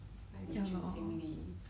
like 你就经理